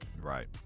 right